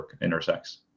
intersects